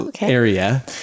area